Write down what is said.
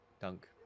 dunk